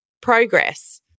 progress